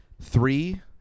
Three